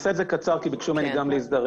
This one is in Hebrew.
קצר כי ביקשו ממנו להזדרז.